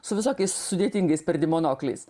su visokiais sudėtingais perdėm monokliais